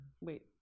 wait